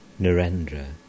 Narendra